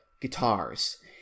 guitars